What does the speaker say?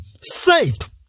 saved